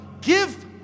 Give